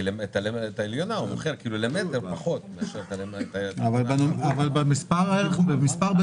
כי העליונה הוא מוכר למטר פחות מאשר את ה- -- אבל במספר על ערך מוחלט,